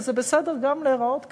וזה בסדר גם להיראות ככה.